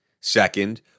Second